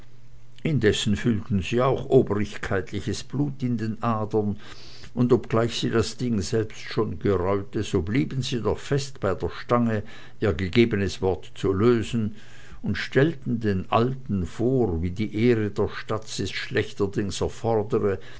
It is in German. indessen fühlten sie auch obrigkeitliches blut in ihren adern und obgleich sie das ding selbst schon gereute so blieben sie doch fest bei der stange ihr gegebenes wort zu lösen und stellten den alten vor wie die ehre der stadt es schlechterdings erfordere